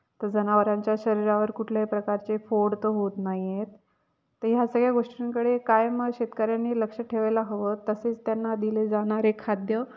तर जनावरांच्या शरीरावर कुठल्याही प्रकारचे फोड तर होत नाही आहेत तर ह्या सगळ्या गोष्टींकडे कायम शेतकऱ्यांनी लक्ष ठेवायला हवं तसेच त्यांना दिले जाणारे खाद्य